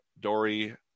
Dory